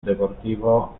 deportivo